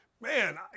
Man